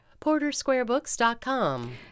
PorterSquareBooks.com